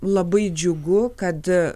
labai džiugu kad